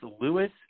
Lewis